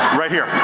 right here.